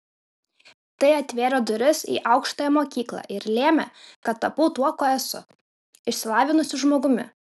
tai atvėrė duris į aukštąją mokyklą ir lėmė kad tapau tuo kuo esu išsilavinusiu žmogumi